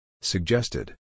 Suggested